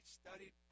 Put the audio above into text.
studied